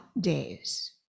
days